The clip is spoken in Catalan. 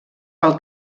pel